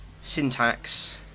syntax